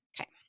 Okay